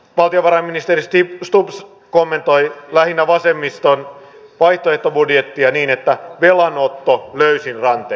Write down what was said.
valtiovarainministeri stubb kommentoi lähinnä vasemmiston vaihtoehtobudjettia niin että velanotto löysin rantein